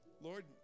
Lord